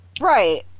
right